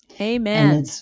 Amen